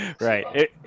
Right